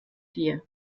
dir